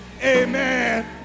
Amen